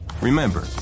Remember